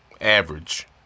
average